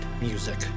Music